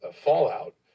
fallout